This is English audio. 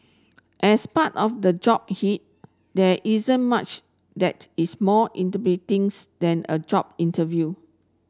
as part of the job hit there isn't much that is more than a job interview